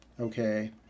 Okay